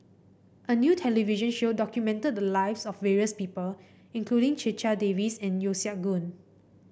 a new television show documented the lives of various people including Checha Davies and Yeo Siak Goon